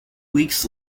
weeks